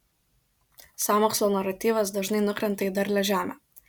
sąmokslo naratyvas dažnai nukrenta į derlią žemę